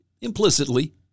implicitly